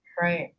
Right